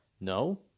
No